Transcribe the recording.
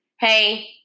Hey